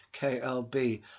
KLB